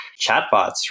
chatbots